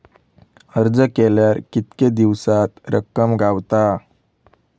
अर्ज केल्यार कीतके दिवसात रक्कम गावता?